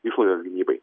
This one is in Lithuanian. išlaidas gynybai